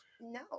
No